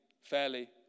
fairly